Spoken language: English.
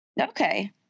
Okay